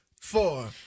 four